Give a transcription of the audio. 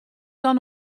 dan